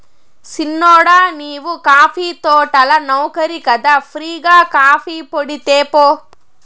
సిన్నోడా నీవు కాఫీ తోటల నౌకరి కదా ఫ్రీ గా కాఫీపొడి తేపో